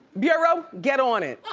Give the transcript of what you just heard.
bureau, get on it.